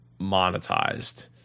monetized